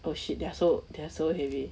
oh shit they're so they're so heavy